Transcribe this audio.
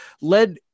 led